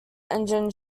engine